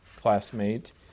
classmate